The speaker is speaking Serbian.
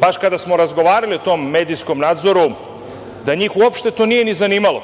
baš kada smo razgovarali o tom medijskom nadzoru, da njih uopšte to nije zanimalo.